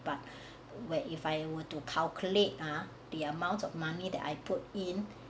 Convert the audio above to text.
but were if I were to calculate ah the amount of money that I put in